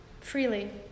freely